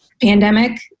pandemic